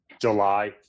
july